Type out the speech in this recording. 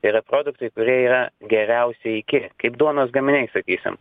yra produktai kurie yra geriausiai iki kaip duonos gaminiai sakysim